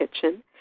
kitchen